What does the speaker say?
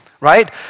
right